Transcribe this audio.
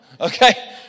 Okay